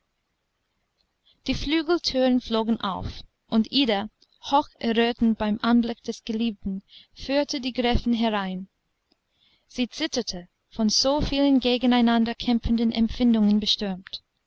die flügeltüren flogen auf und ida hoch errötend beim anblick des geliebten führte die gräfin herein sie zitterte von so vielen gegeneinander kämpfenden empfindungen bestürmt